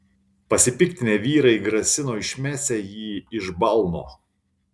pasipiktinę vyrai grasino išmesią jį iš balno